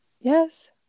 Yes